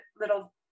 little